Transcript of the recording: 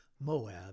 Moab